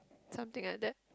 something like that